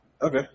Okay